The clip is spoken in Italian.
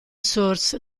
source